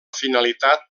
finalitat